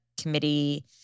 committee